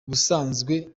ubusanzwe